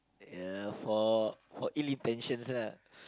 uh for for ill intentions lah